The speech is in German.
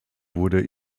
wurde